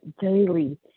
daily